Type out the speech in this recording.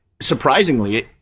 surprisingly